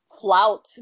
flout